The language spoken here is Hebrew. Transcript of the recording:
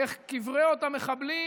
איך קברי אותם מחבלים